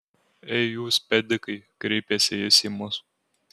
ei jūs pedikai kreipėsi jis į mus